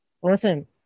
Awesome